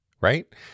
Right